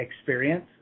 experience